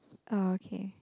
oh okay